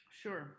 Sure